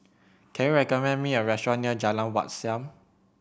can you recommend me a restaurant near Jalan Wat Siam